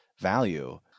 value